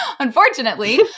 Unfortunately